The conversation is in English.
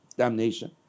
damnation